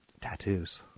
tattoos